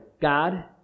God